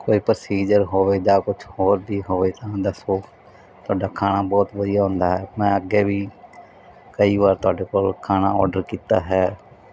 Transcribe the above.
ਕੋਈ ਪ੍ਰੋਸੀਜ਼ਰ ਹੋਵੇ ਜਾਂ ਕੁਛ ਹੋਰ ਵੀ ਹੋਵੇ ਤਾਂ ਦੱਸੋ ਤੁਹਾਡਾ ਖਾਣਾ ਬਹੁਤ ਵਧੀਆ ਹੁੰਦਾ ਐ ਮੈਂ ਅੱਗੇ ਵੀ ਕਈ ਵਾਰ ਤੁਹਾਡੇ ਕੋਲ ਖਾਣਾ ਆਰਡਰ ਕੀਤਾ ਹੈ